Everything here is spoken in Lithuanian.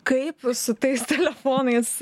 kaip su tais telefonais